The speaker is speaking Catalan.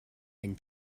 any